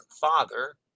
father